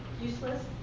useless